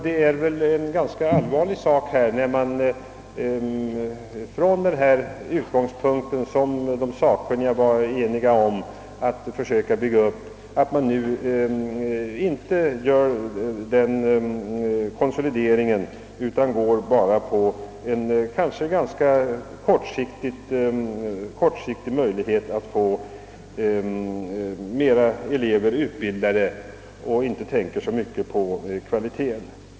Det är ganska allvarligt att man nu inte företar den konsolidering, som de sakkunniga var eniga om, utan bara går in för en kortsiktig lösning för att få fler elever utbildade utan att tänka så mycket på kvaliteten.